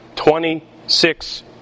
Twenty-six